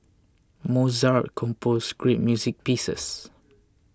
Mozart composed great music pieces